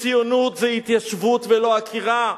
וציונות זה התיישבות ולא עקירה,